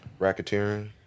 Racketeering